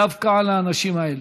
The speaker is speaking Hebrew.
דווקא לאנשים האלו,